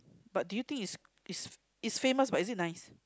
but do you think is it's is famous but is it nice